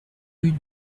rue